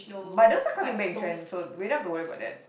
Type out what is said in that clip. but those are coming back in trend so we don't have to worry about that